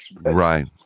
Right